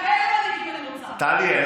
כאלה מנהיגים אני רוצה.